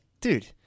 dude